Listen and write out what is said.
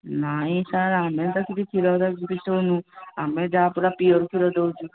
ନାଇ ସାର୍ ଆମେ ତ କିଛି କ୍ଷୀରରେ ମିଶଉନୁ ଆମେ ଯାହା ପୁରା ପ୍ୟୋର୍ କ୍ଷୀର ଦେଉଛୁ